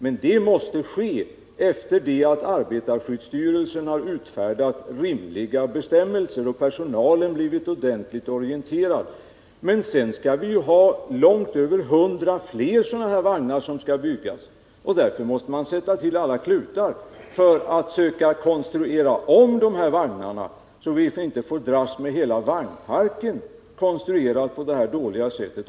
Men det måste ske efter det att arbetarskyddsstyrelsen har utfärdat rimliga bestämmelser och personalen blivit ordentligt orienterad. Men sedan skall vi ha långt över 100 fler sådana här vagnar som skall byggas, och därför måste man sätta till alla klutar för att söka konstruera om dessa vagnar, så att vi inte får dras med hela vagnparken konstruerad på det här dåliga sättet.